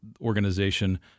organization